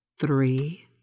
three